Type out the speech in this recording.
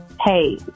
hey